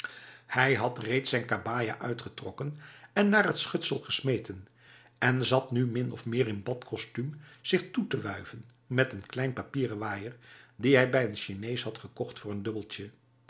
hij had reeds zijn kabaja uitgetrokken en naar het schutsel gesmeten en zat nu min of meer in badkostuum zich toe te wuiven met een kleine papieren waaier die hij bij n chinees had gekocht voor n dubbeltje